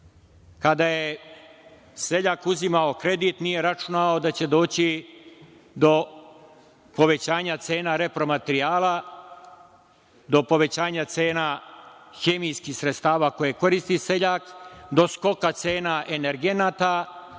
je seljak uzimao kredit, nije računao da će doći do povećanja cena repromaterijala, do povećanja cena hemijskih sredstava koje koristi seljak, do skoka cena energenata,